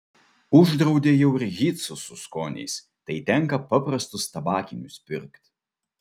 uždraudė jau ir hytsus su skoniais tai tenka paprastus tabakinius pirkt